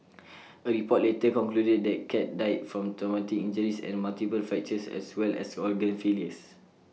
A report later concluded the cat died from traumatic injuries and multiple fractures as well as organ failures